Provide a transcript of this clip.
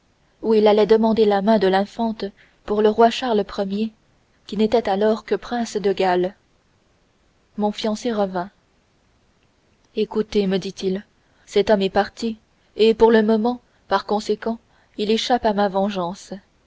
où il allait demander la main de l'infante pour le roi charles ier qui n'était alors que prince de galles mon fiancé revint écoutez me dit-il cet homme est parti et pour le moment par conséquent il échappe à ma vengeance